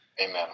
Amen